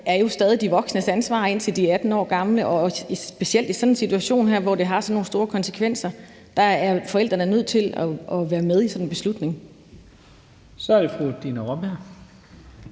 børnene stadig er de voksnes ansvar, indtil de er 18 år gamle, og specielt i sådan en situation her, hvor det har sådan nogle store konsekvenser, er forældrene nødt til at være med i sådan en beslutning. Kl. 11:48 Første næstformand